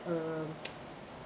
uh